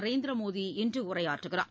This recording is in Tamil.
நரேந்திர மோடி இன்று உரையாற்றகிறார்